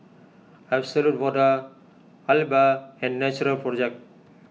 Absolut Vodka Alba and Natural Project